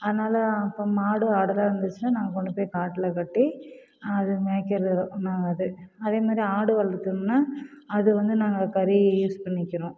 அதனால் அப்போ மாடு ஆடுலாம் இருந்துச்சுனா நாங்கள் கொண்டு போய் காட்டுல கட்டி அது மேய்க்கிறது ஒன்றும் ஆகாது அதே மாதிரி ஆடுகள் இருக்குதுன்னா அது வந்து நாங்கள் கறியை யூஸ் பண்ணிக்கிறோம்